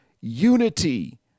unity